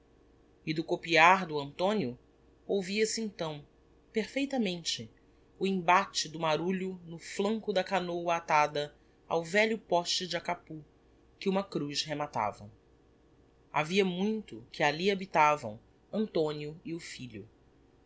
e do copiar do antonio ouvia-se então perfeitamente o embate do marulho no flanco da canôa atada ao velho poste de acapú que uma cruz rematava havia muito que ali habitavam antonio e o filho